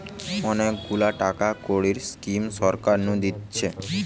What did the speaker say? অনেক গুলা টাকা কড়ির স্কিম সরকার নু দিতেছে